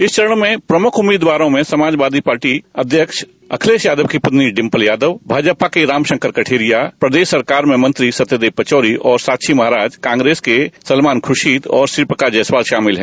इस चरण में प्रमुख उम्मीदवारों में समाजवादी पार्टी अध्यक्ष अखिलेश यादव की पत्नी डिंपल यादव भाजपा के रामशंकर कठेरिया प्रदेश सरकार में मंत्री सत्यदेव पचौरी और साक्षी महाराज कांग्रेस के सलमान खुर्शीद और श्रीप्रकाश जायसवाल शामिल है